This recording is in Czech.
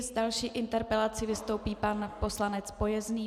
S další interpelací vystoupí pan poslanec Pojezný.